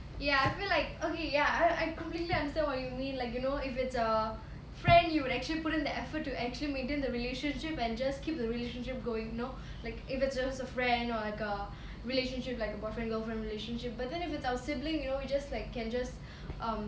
ya I feel like okay ya I I completely understand what you mean like you know if it's a friend you would actually put in the effort to actually maintain the relationship and just keep the relationship going you know like if it's just a friend or like a relationship like a boyfriend girlfriend relationship but then if it's our sibling you know we just like can just um